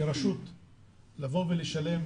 כרשות לשלם,